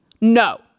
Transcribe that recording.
No